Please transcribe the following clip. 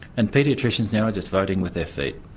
and paediatricians now are just voting with their feet,